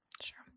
Sure